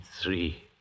three